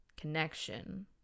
connection